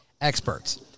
experts